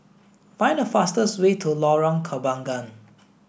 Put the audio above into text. find the fastest way to Lorong Kembagan